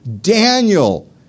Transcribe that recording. Daniel